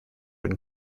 when